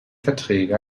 verträge